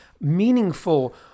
meaningful